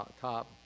top